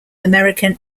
american